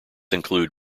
include